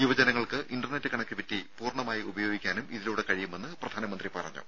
യുവജനങ്ങൾക്ക് internet connectivity പൂർണ്ണമായി ഉപയോഗിക്കാനും ഇതിലൂടെ കഴിയുമെന്ന് പ്രധാനമന്ത്രി പറഞ്ഞു